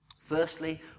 Firstly